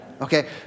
Okay